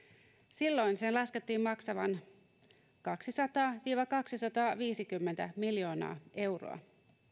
silloin sen laskettiin maksavan kaksisataa viiva kaksisataaviisikymmentä miljoonaa euroa